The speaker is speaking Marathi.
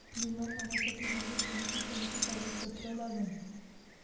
बिमा काढासाठी मले कोनची कोनची कागदपत्र लागन?